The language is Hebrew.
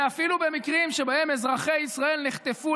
ואפילו במקרים שבהם אזרחי ישראל נחטפו